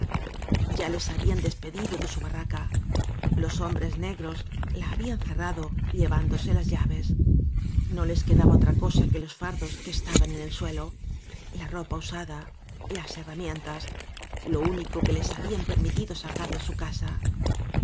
ya les habían despedido de su barraca los hombres negros la habían cerrado llevándo se las llaves no les quedaba otra cosa que los fardos que estaban en el suelo la ropa usada las herramientas lo único que les habían per mitido sacar de su casa